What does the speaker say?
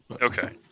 Okay